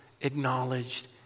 acknowledged